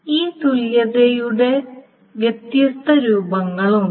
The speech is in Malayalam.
ഈ തുല്യതയുടെ വ്യത്യസ്ത രൂപങ്ങളുണ്ട്